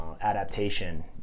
adaptation